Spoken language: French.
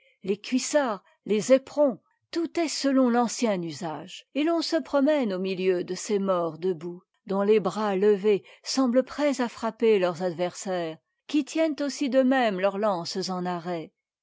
les cuissards les éperons tout est selon l'ancien usage et l'on se promène au milieu de ces morts debout dont les bras levés semblent prêts à frapper leurs adversaires qui tiennent aussi dé même leurs lances en arrêt